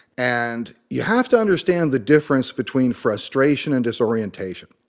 and you have to understand the difference between frustration and disorientation,